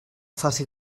faci